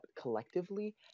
collectively